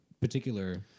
particular